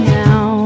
now